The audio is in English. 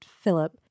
philip